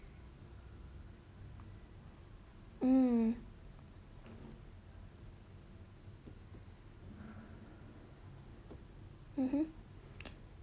mm mmhmm